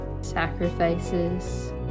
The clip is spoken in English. sacrifices